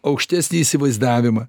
aukštesnį įsivaizdavimą